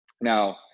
Now